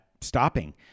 stopping